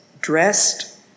dressed